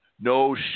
No